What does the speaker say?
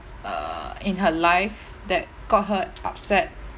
err in her life that got her upset